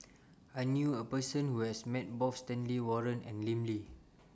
I knew A Person Who has Met Both Stanley Warren and Lim Lee